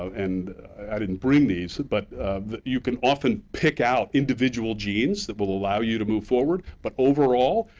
and i didn't bring these, but you can often pick out individual genes that will allow you to move forward, but overall,